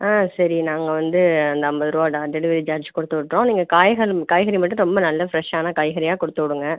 ஆ சரி நாங்கள் வந்து அந்த ஐம்பது ரூபா டா டெலிவரி சார்ஜ் கொடுத்துவிட்றோம் நீங்கள் காய்கறி காய்கறி மட்டும் ரொம்ப நல்ல ஃப்ரெஷ்ஷான காய்கறியாக கொடுத்து விடுங்கள்